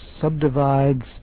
subdivides